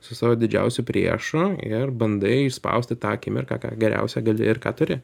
su savo didžiausiu priešu ir bandai išspausti tą akimirką ką geriausia gali ir ką turi